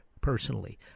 personally